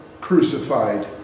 crucified